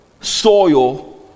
soil